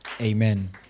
Amen